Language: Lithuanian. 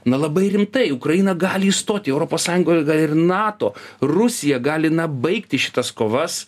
na labai rimtai ukraina gali įstoti į europos sąjungo ir nato rusija gali na baigti šitas kovas